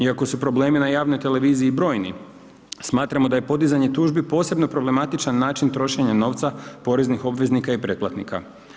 Iako su problemi na javnoj televiziji brojni, smatramo da je podizanje tužbi posebno problematičan način trošenja novca poreznih obveznika i pretplatnika.